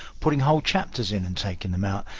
putting whole chapters in and taking them out.